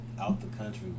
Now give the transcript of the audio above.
out-the-country